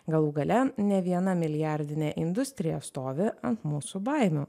galų gale ne vieną milijardinė industrija stovi ant mūsų baimių